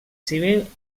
civil